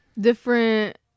different